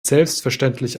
selbstverständlich